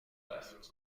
left